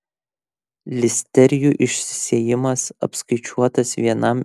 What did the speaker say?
listerijų išsisėjimas apskaičiuotas vienam mikrogramui organo